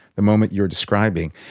the moment you were describing.